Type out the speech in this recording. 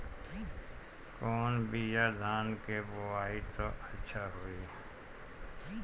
कौन बिया धान के बोआई त अच्छा होई?